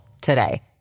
today